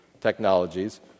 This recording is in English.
technologies